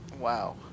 Wow